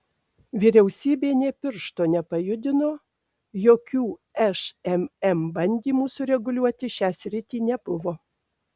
vyriausybė nė piršto nepajudino jokių šmm bandymų sureguliuoti šią sritį nebuvo